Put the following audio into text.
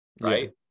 Right